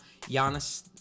Giannis